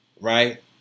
Right